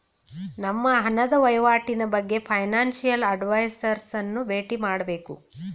ನಮ್ಮ ಹಣದ ವಹಿವಾಟಿನ ಬಗ್ಗೆ ಫೈನಾನ್ಸಿಯಲ್ ಅಡ್ವೈಸರ್ಸ್ ಅನ್ನು ಬೇಟಿ ಮಾಡಬೇಕು